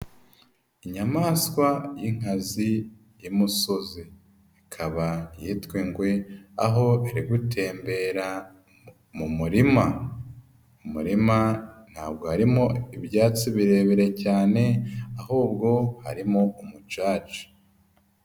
Inyamanswa y'inkazi y'imusozi ikaba yitwa ingwe aho iri gutembera mu murima, mu murima ntabwo harimo ibyatsi birebire cyane ahubwo harimo umucaca.